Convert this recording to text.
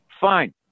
fine